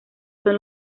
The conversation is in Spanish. son